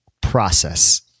process